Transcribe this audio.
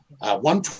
One